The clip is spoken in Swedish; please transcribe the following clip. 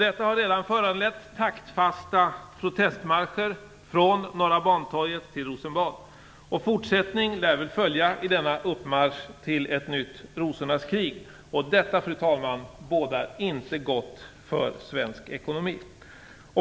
Detta har redan föranlett taktfasta protestmarscher från Norra Bantorget till Rosenbad. Fortsättning lär väl följa i denna upptakt till ett nytt rosornas krig. Detta, fru talman, bådar inte gott för svensk ekonomi.